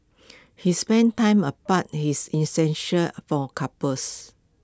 his spending time apart his essential for couples